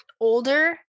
older